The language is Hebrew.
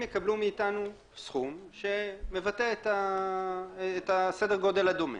הם יקבלו מאתנו סכום שמבטא את סדר גודל הדוגמה.